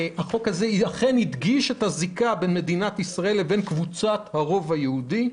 החוק הזה אכן הדגיש את הזיקה בין מדינת ישראל לבין קבוצת הרוב היהודי,